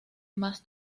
más